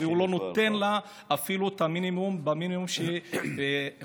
והוא לא נותן לה אפילו את המינימום שבמינימום שאוכלוסייה